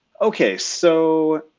okay, so